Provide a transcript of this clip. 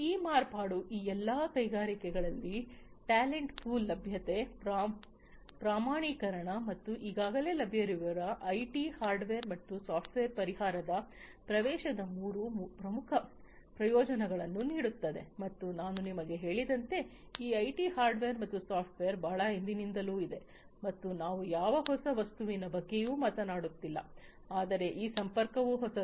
ಈ ಮಾರ್ಪಾಡು ಈ ಎಲ್ಲಾ ಕೈಗಾರಿಕೆಗಳಲ್ಲಿ ಟ್ಯಾಲೆಂಟ್ ಪೂಲ್ ಲಭ್ಯತೆ ಪ್ರಮಾಣೀಕರಣ ಮತ್ತು ಈಗಾಗಲೇ ಲಭ್ಯವಿರುವ ಐಟಿ ಹಾರ್ಡ್ವೇರ್ ಮತ್ತು ಸಾಫ್ಟ್ವೇರ್ ಪರಿಹಾರದ ಪ್ರವೇಶದ ಮೂರು ಪ್ರಮುಖ ಪ್ರಯೋಜನಗಳನ್ನು ನೀಡುತ್ತದೆ ಮತ್ತು ನಾನು ನಿಮಗೆ ಹೇಳಿದಂತೆ ಈ ಐಟಿ ಹಾರ್ಡ್ವೇರ್ ಮತ್ತು ಸಾಫ್ಟ್ವೇರ್ ಬಹಳ ಹಿಂದಿನಿಂದಲೂ ಇದೆ ಮತ್ತು ನಾವು ಯಾವ ಹೊಸ ವಸ್ತುವಿನ ಬಗ್ಗೆಯೂ ಮಾತನಾಡುತ್ತಿಲ್ಲ ಆದರೆ ಈ ಸಂಪರ್ಕವು ಹೊಸದು